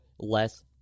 less